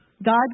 God